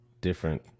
different